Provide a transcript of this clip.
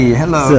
hello